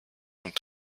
und